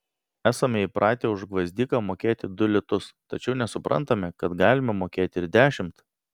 esame įpratę už gvazdiką mokėti du litus tačiau nesuprantame kad galima mokėti ir dešimt